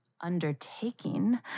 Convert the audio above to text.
undertaking